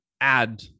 add